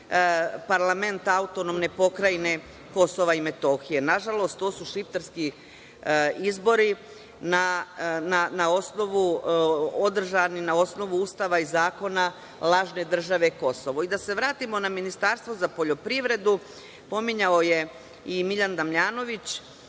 parlament AP Kosova i Metohije. Nažalost, to su šiptarski izbori održani na osnovu ustava i zakona lažne države Kosovo. Da se vratimo na Ministarstvo za poljoprivredu. Pominjao je i Miljan Damjanović